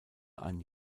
ein